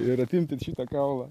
ir atimti šitą kaulą